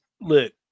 look